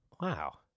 Wow